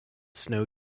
snow